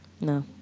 No